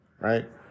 right